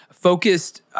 focused